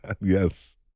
Yes